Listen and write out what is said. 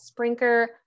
Sprinker